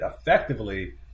effectively